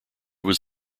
was